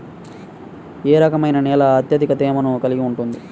ఏ రకమైన నేల అత్యధిక తేమను కలిగి ఉంటుంది?